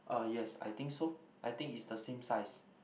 uh yes I think so I think is the same size